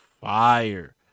fire